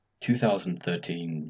2013